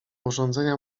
urządzenia